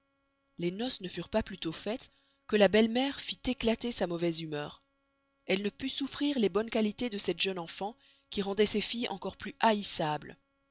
les nopces ne furent pas plûtost faites que la belle mere fit éclater sa mauvaise humeur elle ne put souffrir les bonnes qualitez de cette jeune enfant qui rendoient ses filles encore plus haïssables